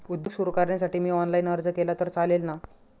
उद्योग सुरु करण्यासाठी मी ऑनलाईन अर्ज केला तर चालेल ना?